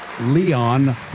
Leon